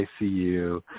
ICU